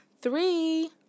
three